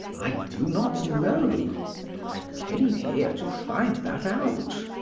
i do not know i came here to find that out.